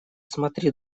смотри